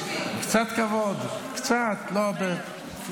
קצת כבוד, קצת, לא הרבה.